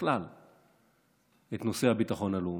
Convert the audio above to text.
בכלל את נושא הביטחון הלאומי.